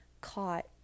caught